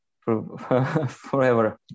forever